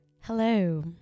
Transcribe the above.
Hello